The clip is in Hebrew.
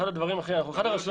אנחנו אחת הרשויות